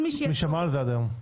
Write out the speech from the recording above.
מי שמע על זה עד היום?